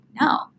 no